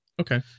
Okay